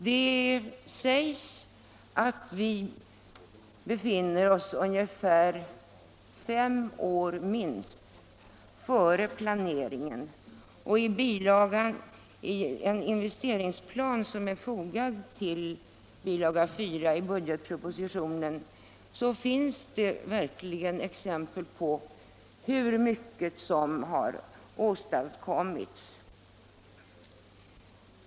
Det sägs att vi befinner oss minst fem år före planeringen, och av en investeringsplan som är fogad till bilaga 4 i budgetpropositionen framgår också hur mycket som har åstadkommits.